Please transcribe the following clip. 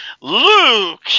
Luke